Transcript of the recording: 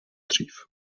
dřív